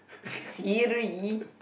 Siri